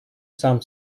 сам